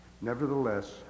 Nevertheless